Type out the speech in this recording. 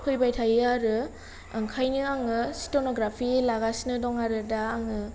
फैबाय थायो आरो आंखायनो आङो स्टेनग्राफि लागासिनो दं आरो दा आङो